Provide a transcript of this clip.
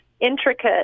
intricate